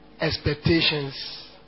expectations